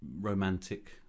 romantic